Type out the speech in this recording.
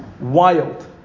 wild